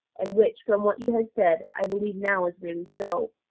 and which, from what you have said, i believe now is really so.